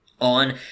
on